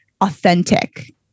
authentic